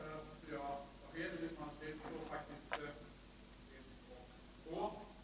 Fru talman! Det kan ju tänkas att jag sade fel. I mitt manuskript står faktiskt linje 1 och linje 2, och jag tycker mig minnas att jag också sade det.